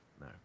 no